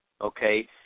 okay